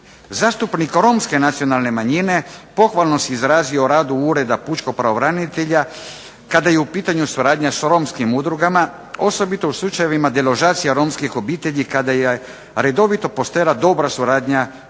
Zastupnik romske nacionalne manjine pohvalno se izrazio o radu Ureda pučkog pravobranitelja kada je u pitanju suradnja s romskim udrugama, osobito u slučajevima deložacija romskih obitelji kada je redovito postojala dobra suradnja sa